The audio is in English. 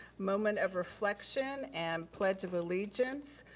moment of reflection and pledge of allegiance,